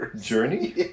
Journey